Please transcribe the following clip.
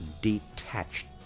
detached